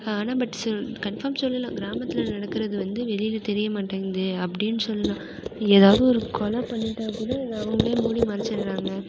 ஆனால் பட் சில் கன்ஃபார்ம் சொல்லலாம் கிராமத்தில் நடக்கறது வந்து வெளியில் தெரிய மாட்டேங்குது அப்படின் சொல்லலாம் எதாவது ஒரு கொலை பண்ணிவிட்டா அப்படின்னா இதை அவங்களே மூடி மறைச்சிடுறாங்க